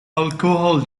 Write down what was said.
alcohol